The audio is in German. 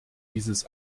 dieses